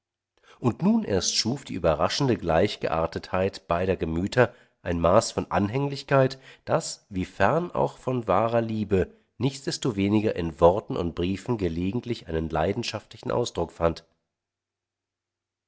und nun erst schuf die überraschende gleichgeartetheit beider gemüter ein maß von anhänglichkeit das wie fern auch von wahrer liebe nichtsdestoweniger in worten und briefen gelegentlich einen leidenschaftlichen ausdruck fand